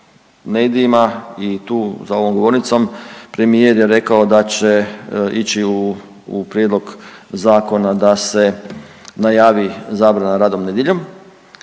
medijima i tu za ovom govornicom premijer je rekao da će ići u, u prijedlog zakona da se najavi zabrana rada nedjeljom.